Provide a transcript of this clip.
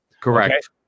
Correct